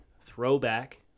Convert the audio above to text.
Throwback